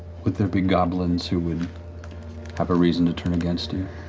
would there be goblins who would have a reason to turn against you?